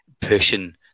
pushing